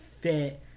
fit